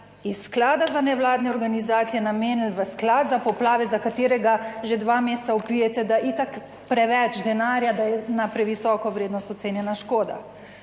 iz Sklada za nevladne organizacije namenili v Sklad za poplave, za katerega že dva meseca vpijete, da je itak preveč denarja, da je na previsoko vrednost ocenjena škoda.